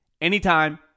anytime